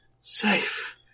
safe